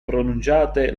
pronunciate